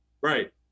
right